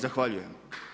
Zahvaljujem.